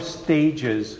stages